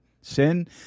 sin